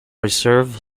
reserve